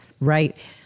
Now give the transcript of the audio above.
Right